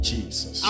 Jesus